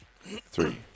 three